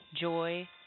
joy